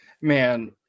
Man